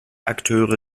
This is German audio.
akteure